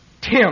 Tim